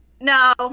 No